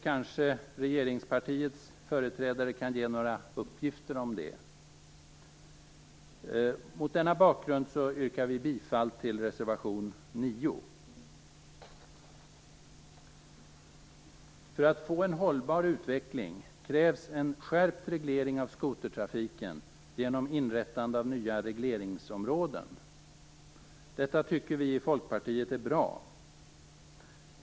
Kanske regeringspartiets företrädare kan ge några uppgifter om det. Mot denna bakgrund yrkar vi bifall till reservation För att få en hållbar utveckling krävs en skärpt reglering av skotertrafiken genom inrättande av nya regleringsområden. Detta tycker vi i Folkpartiet är bra.